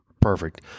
perfect